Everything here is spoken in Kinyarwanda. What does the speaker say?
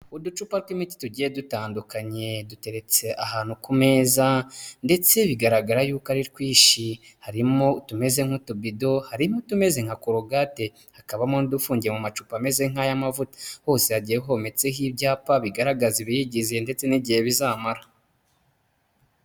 Uducupa tw'imiti tugiye dutandukanye, duteretse ahantu ku meza ndetse bigaragara yuko ari twinshi, harimo utumeze nk'utubido, harimo utumeze nka korogate, hakabamo udufungiye mu macupa ameze nk'ay'amavuta, hose hagiye hometseho ibyapa bigaragaza ibiyigize ndetse n'igihe bizamara.